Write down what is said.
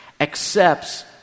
accepts